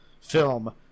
film